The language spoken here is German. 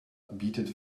bietet